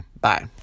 Bye